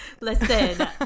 Listen